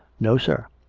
no, sir.